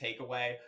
takeaway